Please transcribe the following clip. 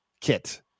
kit